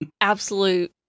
absolute